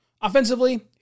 offensively